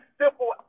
simple